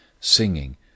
singing